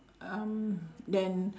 um then)